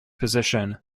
position